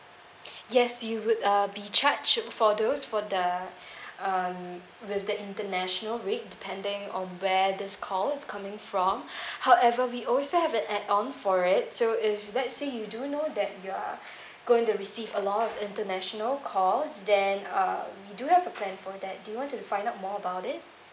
yes you would uh be charged for those for the uh with the international rate depending on where this call is coming from however we also have an add on for it so if let's say you do know that you are going to receive a lot of international calls then uh we do have a plan for that do you want to find out more about it